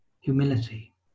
humility